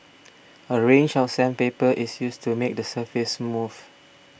a range of sandpaper is used to make the surface smooth